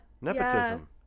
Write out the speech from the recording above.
nepotism